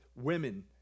women